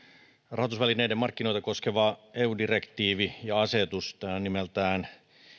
rahoitusvälineiden markkinoita koskeva eu direktiivi ja asetus tämä on nimeltään